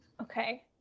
Okay